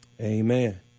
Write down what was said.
Amen